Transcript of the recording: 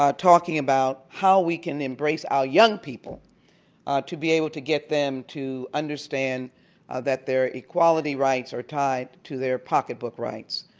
talking about how we can embrace our young people to be able to get them to understand that their equality rights are tied to their pocketbook rights.